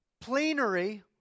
plenary